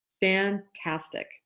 Fantastic